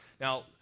now